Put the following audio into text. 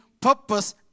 purpose